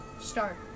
Start